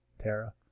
Tara